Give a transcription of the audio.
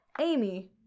Amy